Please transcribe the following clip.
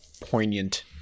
poignant